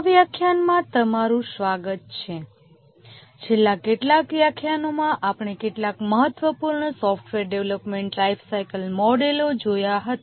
આ વ્યાખ્યાનમાં તમારું સ્વાગત છે છેલ્લા કેટલાક વ્યાખ્યાનોમાં આપણે કેટલાક મહત્વપૂર્ણ સોફ્ટવેર ડેવલપમેન્ટ લાઇફસાઇકલ મોડેલો જોયા હતા